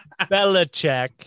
Belichick